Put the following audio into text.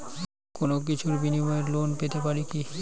কোনো কিছুর বিনিময়ে লোন পেতে পারি কি?